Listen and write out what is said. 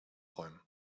räumen